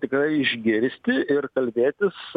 tikrai išgirsti ir kalbėtis